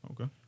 Okay